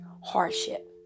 hardship